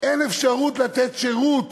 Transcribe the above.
אין אפשרות לתת שירות